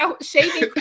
shaving